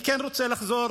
אני מחכה לשמוע